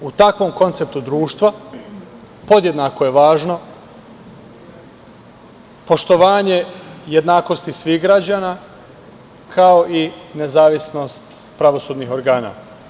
U takvom konceptu društva podjednako je važno poštovanje jednakosti svih građana, kao i nezavisnost pravosudnih organa.